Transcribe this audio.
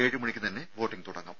ഏഴ്മണിക്ക് തന്നെ വോട്ടിംഗ് തുടങ്ങും